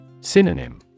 Synonym